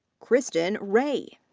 kristen ray.